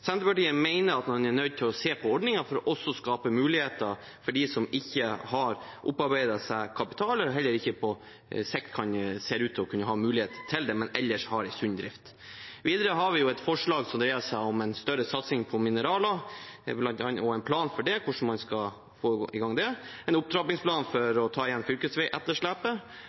Senterpartiet mener man er nødt til å se på ordningen for også å skape muligheter for dem som ikke har opparbeidet seg kapital, og som heller ikke på sikt ser ut til å ha muligheten til det, men ellers har en sunn drift. Videre har vi et forslag som dreier seg om en større satsing på mineraler og en plan for hvordan man skal få i gang det, en opptrappingsplan for å ta igjen fylkesveietterslepet,